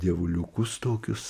dievuliukus tokius